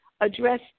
address